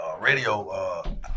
radio